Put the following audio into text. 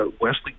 Wesley